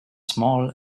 small